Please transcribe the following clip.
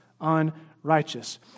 unrighteous